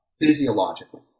physiologically